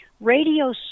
Radio